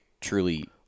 truly